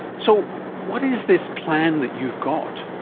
so what is this plan that you've got?